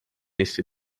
essi